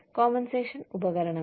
compensation ഉപകരണങ്ങൾ